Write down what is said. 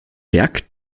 berg